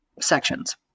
sections